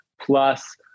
plus